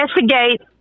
investigate